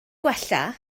gwella